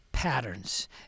patterns